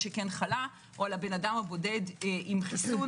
זה לא על האדם הבודד שחלה או על האדם הבודד עם חיסון